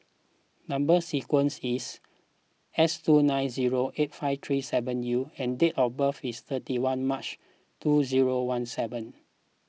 Number Sequence is S two nine zero eight five three seven U and date of birth is thirty one March two zero one seven